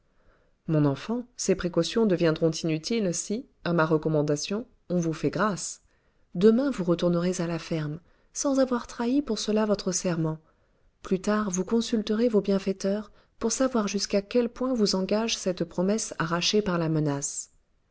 mon enfant ces précautions deviendront inutiles si à ma recommandation on vous fait grâce demain vous retournerez à la ferme sans avoir trahi pour cela votre serment plus tard vous consulterez vos bienfaiteurs pour savoir jusqu'à quel point vous engage cette promesse arrachée par la menace